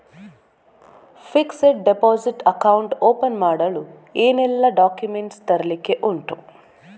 Fixed deposit account open ಮಾಡಲು ಏನೆಲ್ಲಾ documents ತರ್ಲಿಕ್ಕೆ ಉಂಟು?